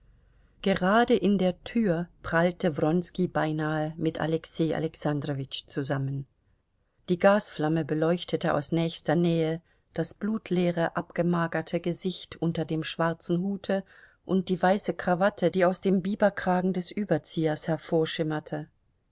gerade in der tür prallte wronski beinahe mit alexei alexandrowitsch zusammen die gasflamme beleuchtete aus nächster nähe das blutleere abgemagerte gesicht unter dem schwarzen hute und die weiße krawatte die aus dem biberkragen des überziehers